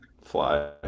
fly